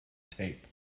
tape